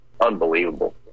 unbelievable